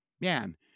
Man